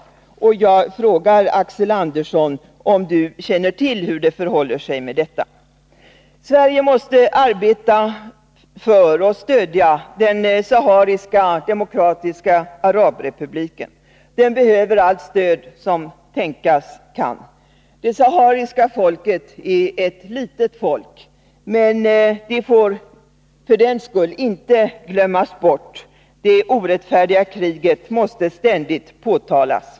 Jag vill också fråga Axel Andersson om han känner till hur det förhåller sig med detta. Sverige måste arbeta för och stödja Demokratiska sahariska arabrepubliken. Den behöver allt stöd som tänkas kan. Det sahariska folket är ett litet folk, men det får för den skull inte glömmas bort. Det orättfärdiga kriget måste ständigt påtalas.